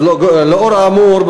לאור האמור,